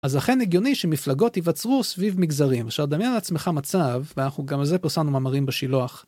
אז לכן הגיוני שמפלגות יווצרו סביב מגזרים. עכשיו, דמיין לעצמך מצב, ואנחנו גם על זה פרסמנו מאמרים בשילוח.